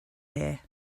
here